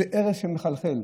זה ארס שמחלחל.